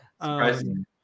Surprising